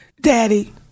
Daddy